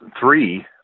three